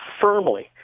firmly